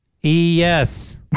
Yes